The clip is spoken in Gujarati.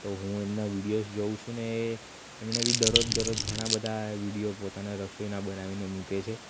તો હું એમના વિડીઓસ જોઉ છું ને એ એમણે બી દરરોજ દરરોજ ઘણા બધા વિડીયો પોતાના રસોઈના બનાવીને મૂકે છે